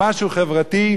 למשהו חברתי.